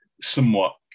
somewhat